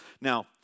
Now